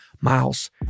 Miles